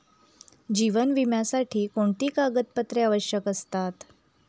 जीवन विम्यासाठी कोणती कागदपत्रे आवश्यक असतात?